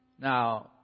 Now